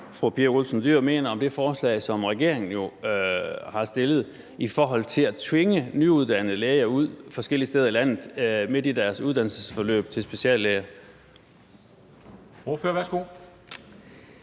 fru Pia Olsen Dyhr mener om det forslag, som regeringen har fremsat, om at tvinge nyuddannede læger ud forskellige steder i landet midt i deres uddannelsesforløb til speciallæge.